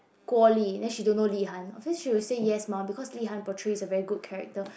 Guoli then she don't know Li-han obviously she will say yes mah because Li-han portrays a very good character